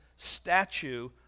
statue